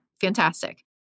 Fantastic